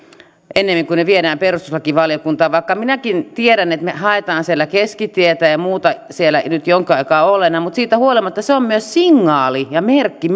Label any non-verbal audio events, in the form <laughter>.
ne perustuslakivaliokuntaan vaikka minäkin tiedän että me haemme siellä keskitietä ja muuta siellä nyt jonkun aikaa olleena niin siitä huolimatta se on myös signaali ja merkki <unintelligible>